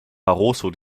barroso